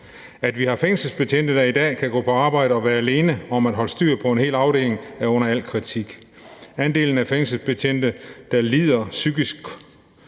At vi har fængselsbetjente, der i dag kan gå på arbejde og være alene om at holde styr på en hel afdeling, er under al kritik. Andelen af fængselsbetjente, der oplever psykiske